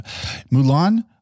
Mulan